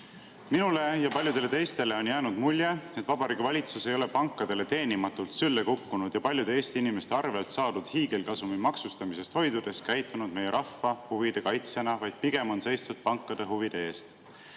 Minule ja paljudele teistele on jäänud mulje, et Vabariigi Valitsus ei ole pankadele teenimatult sülle kukkunud ja paljude Eesti inimeste arvel saadud hiigelkasumi maksustamisest hoidudes käitunud meie rahva huvide kaitsjana, vaid on pigem seisnud pankade huvide eest.